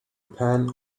pen